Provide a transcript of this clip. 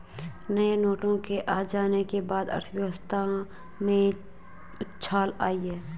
नए नोटों के आ जाने के बाद अर्थव्यवस्था में उछाल आयी है